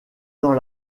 dans